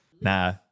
Nah